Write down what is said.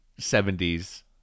70s